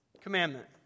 commandment